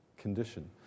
condition